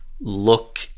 look